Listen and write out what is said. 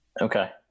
Okay